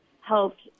helped